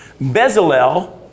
Bezalel